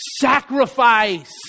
Sacrifice